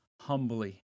humbly